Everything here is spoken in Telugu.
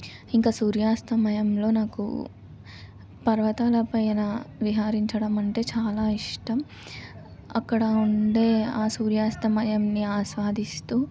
ఇంకా సూర్యాస్తమయంలో నాకు పర్వతాల పైన విహారించడమంటే చాలా ఇష్టం అక్కడ ఉండే ఆ సూర్యాస్తమయంని ఆస్వాదిస్తూ